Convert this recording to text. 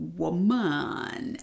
woman